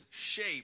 shape